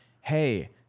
Hey